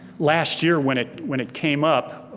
last year when it when it came up,